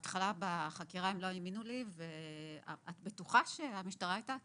בהתחלה בחקירה הם לא האמינו לי את בטוחה שהמשטרה הייתה?